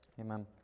Amen